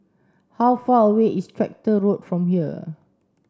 how far away is Tractor Road from here